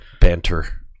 banter